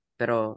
pero